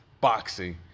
boxing